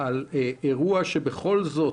אירוע שבכל זאת...